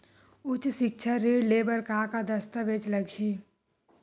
उच्च सिक्छा ऋण ले बर का का दस्तावेज लगही?